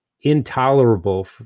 intolerable